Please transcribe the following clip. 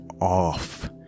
off